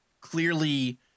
clearly